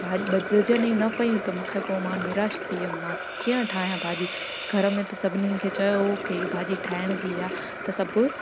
बधिजनि ई न पियूं त मूंखे पोइ मां निराश थी वियमि कीअं ठाहियां भाॼी घर में बि सभीनीनि खे चयो हुओ कि हीअ भाॼी ठाहिण जी आहे त सभु